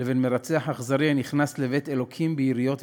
ובין מרצח אכזרי הנכנס לבית-אלוקים ביריות וגרזִנים.